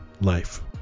life